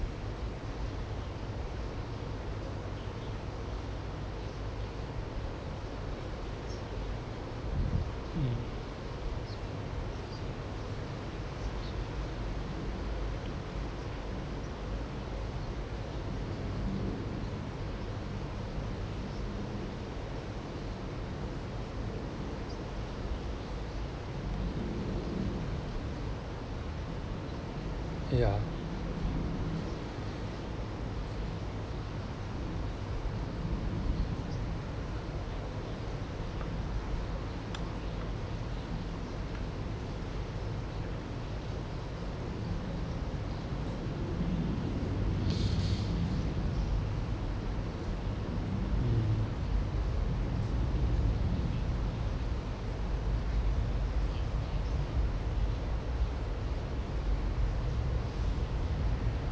ya